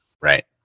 Right